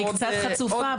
אני קצת חצופה,